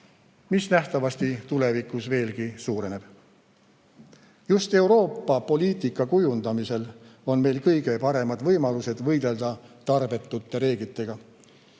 mis nähtavasti tulevikus veelgi suureneb. Just Euroopa poliitika kujundamisel on meil kõige paremad võimalused võidelda tarbetute reeglitega.